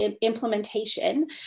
implementation